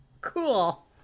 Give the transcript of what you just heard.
Cool